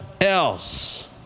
else